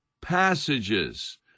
passages